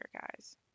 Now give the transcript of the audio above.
guys